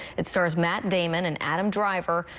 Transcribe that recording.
it stars matt damon and adam driver.